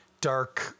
Dark